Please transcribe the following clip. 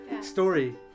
story